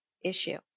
issue